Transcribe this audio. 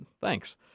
Thanks